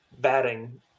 batting